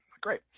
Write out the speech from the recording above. Great